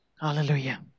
Hallelujah